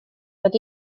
wedi